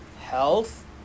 health